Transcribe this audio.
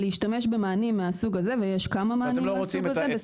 להשתמש במענים מהסוג הזה ויש כמה מענים מהסוג הזה,